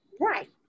Right